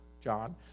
John